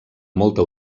molta